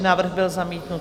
Návrh byl zamítnut.